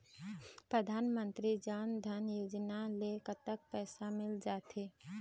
परधानमंतरी जन धन योजना ले कतक पैसा मिल थे?